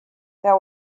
there